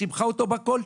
סיבכה אותו בכול,